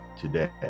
today